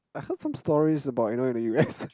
I heard some stories about you know in the U_S